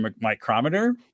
micrometer